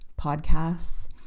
podcasts